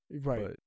Right